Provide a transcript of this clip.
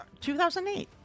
2008